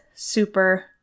super